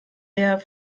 der